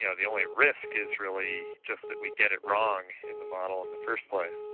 yeah the only risk is really just that we get it wrong in the model in the first place.